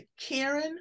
Karen